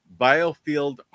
biofield